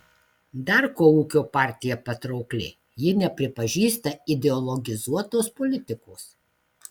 dar kuo ūkio partija patraukli ji nepripažįsta ideologizuotos politikos